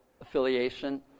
affiliation